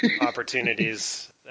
opportunities